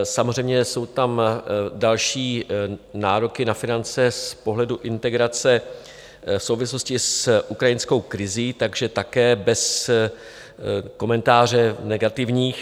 Samozřejmě, jsou tam další nároky na finance z pohledu integrace v souvislosti s ukrajinskou krizí, takže také bez komentářů negativních.